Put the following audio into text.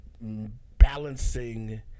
balancing